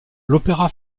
l’opéra